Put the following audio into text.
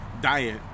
diet